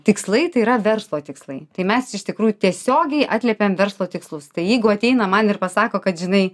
tikslai tai yra verslo tikslai tai mes iš tikrųjų tiesiogiai atliepiam verslo tikslus tai jeigu ateina man ir pasako kad žinai